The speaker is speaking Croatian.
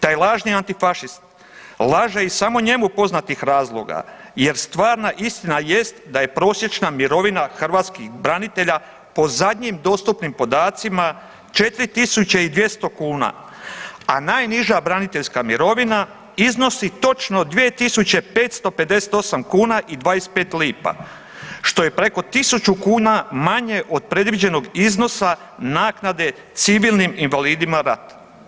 Taj lažni antifašist laže iz samo njemu poznatih razloga jer stvarna istina jest da je prosječna mirovina hrvatskih branitelja po zadnjim dostupnim podacima 4200 kuna, a najniža braniteljska mirovina iznosi točno 2558 kuna i 25 lipa što je preko 1000 kuna manje od predviđenog iznosa naknade civilnim invalidima rata.